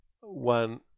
one